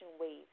waves